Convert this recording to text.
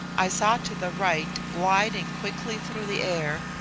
i saw to the right, gliding quickly through the air,